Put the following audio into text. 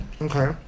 Okay